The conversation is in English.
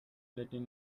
letters